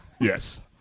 Yes